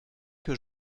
que